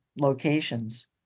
locations